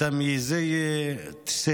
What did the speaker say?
היא מנהיגה מדיניות מפלה,